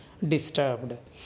disturbed